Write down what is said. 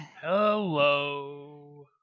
hello